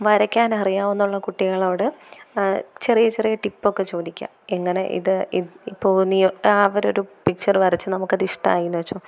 വരയ്ക്കാൻ അറിയാവുന്നുള്ള കുട്ടികളോട് ചെറിയ ചെറിയ ടിപ്പൊക്കെ ചോദിക്കാം എങ്ങനെ ഇത് ഇപ്പോൾ അവർ ഒരു പിക്ച്ചറ് വരച്ചു നമുക്ക് അത് ഇഷ്ടായി എന്ന് വച്ചോ